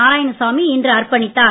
நாராயணசாமி இன்று அர்ப்பணித்தார்